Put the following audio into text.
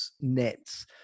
nets